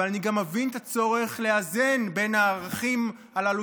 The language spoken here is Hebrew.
אבל אני גם מבין את הצורך לאזן בין הערכים הללו